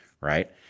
right